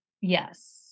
yes